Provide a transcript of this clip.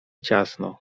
ciasno